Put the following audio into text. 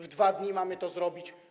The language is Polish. W 2 dni mamy to zrobić?